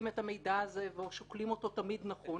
את המידע הזה או שוקלים אותו תמיד נכון